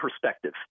perspective